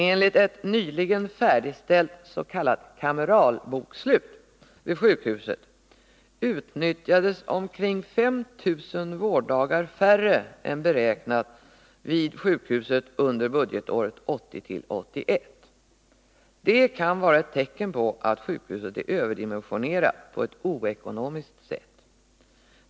Enligt ett nyligen färdigställt s.k. kameralbokslut vid sjukhuset utnyttjades omkring 5 000 vårddagar färre än beräknat vid Akademiska sjukhuset under budgetåret 1980/81. Detta kan vara ett tecken på att sjukhuset är överdimensionerat på ett ockonomiskt sätt.